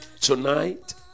tonight